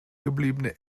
gebliebene